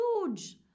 huge